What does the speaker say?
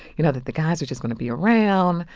you know, that the guys are just going to be around.